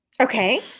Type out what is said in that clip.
Okay